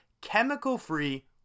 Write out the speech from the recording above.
chemical-free